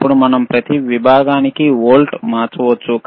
ఇప్పుడు మనం ప్రతి విభాగానికి వోల్ట్లు మార్చవచ్చు